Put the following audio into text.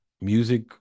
music